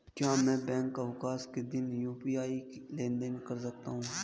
क्या मैं बैंक अवकाश के दिन यू.पी.आई लेनदेन कर सकता हूँ?